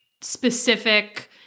specific